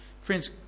Friends